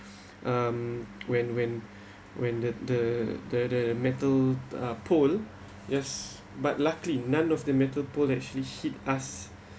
um when when when the the the the metal uh pole yes but luckily none of the metal pole actually hit us